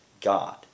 God